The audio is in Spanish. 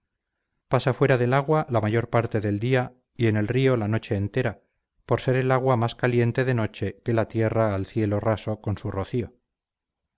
pasa fuera del agua la mayor parte del día y en el río la noche entera por ser el agua más caliente de noche que la tierra al cielo raso con su rocío